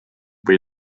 või